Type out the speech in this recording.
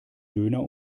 döner